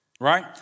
Right